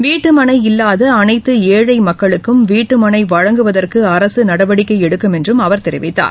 வீட்டுமளை இல்லாத அனைத்து ஏழை மக்களுக்கும் வீட்டுமளை வழங்குவதற்கு அரசு நடவடிக்கை எடுக்கும் என்றும் அவர் தெரிவித்தார்